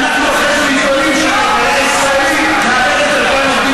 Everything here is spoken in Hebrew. ואנחנו אחרי זה מתלוננים שהכלכלה הישראלית מאבדת